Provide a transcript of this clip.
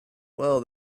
well